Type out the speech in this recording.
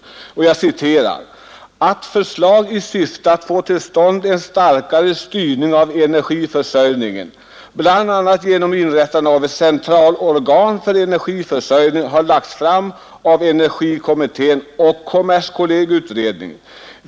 Utskottet framhåller ”att förslag i syfte att få till stånd en starkare styrning av energiförsörjningen bl.a. genom inrättande av ett centralt organ för energiförsörjningsfrågor har lagts fram av energikommittén och kommerskollegieutredningen.